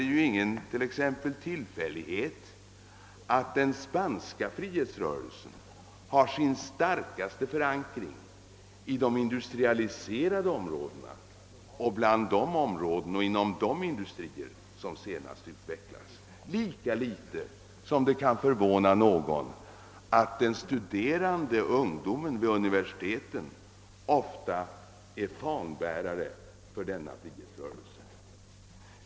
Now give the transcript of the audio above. Det är t.ex. ingen tillfällighet att den spanska frihetsrörelsen har sin starkaste förankring i de industrialiserade områdena, särskilt inom de industrier som senast utvecklats, Lika litet är det ägnat att förvåna att den studerande ungdomen vid universiteten ofta är fanbärare för denna frihetsrörelse.